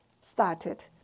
started